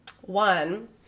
one